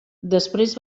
després